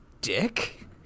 dick